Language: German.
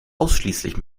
ausschließlich